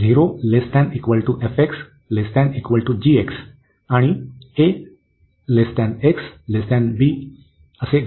0≤fx≤gx ax≤b घेतो